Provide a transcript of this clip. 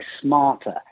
smarter